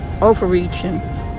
overreaching